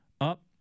up